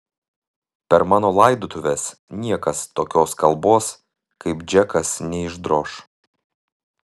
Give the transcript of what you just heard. per mano laidotuves niekas tokios kalbos kaip džekas neišdroš